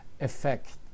effect